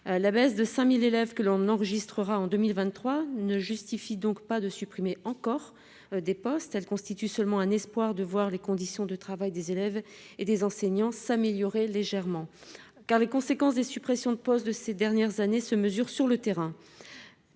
la baisse de 5000 élèves que l'on enregistrera en 2023 ne justifie donc pas de supprimer encore des postes, elle constitue seulement un espoir de voir les conditions de travail des élèves et des enseignants s'améliorer légèrement car les conséquences des suppressions de postes de ces dernières années se mesure sur le terrain